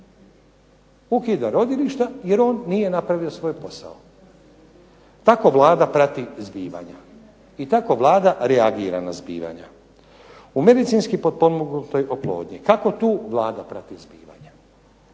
Ukida rodilišta jer on nije napravio svoj posao. Tako Vlada prati zbivanja i tako Vlada reagira na zbivanja. U medicinski potpomognutoj oplodnji kako tu Vlada prati zbivanja?